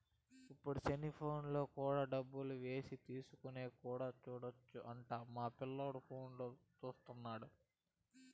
ఇప్పుడు సెలిపోనులో కూడా డబ్బులు ఏసేది తీసుకునేది కూడా సూడొచ్చు అంట మా పిల్లోడు ఫోనులో చూత్తన్నాడు